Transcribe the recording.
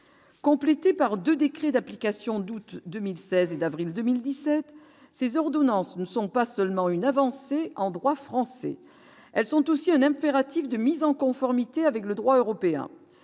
complété par 2 décrets d'application, d'août 2016 et d'avril 2017 ces ordonnances ne sont pas seulement une avancée en droit français, elles sont aussi un impératif de mise en conformité avec le droit européen,